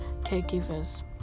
caregivers